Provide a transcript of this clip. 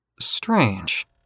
strange